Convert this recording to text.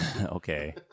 okay